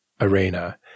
arena